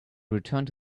returned